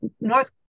North